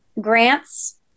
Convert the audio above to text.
grants